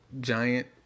giant